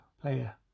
player